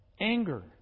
Anger